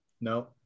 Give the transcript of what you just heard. No